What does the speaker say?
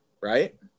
right